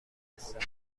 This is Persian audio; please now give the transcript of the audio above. استخدام